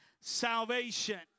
salvation